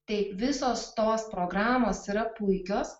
taip visos tos programos yra puikios